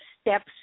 Steps